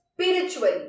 spiritually